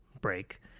break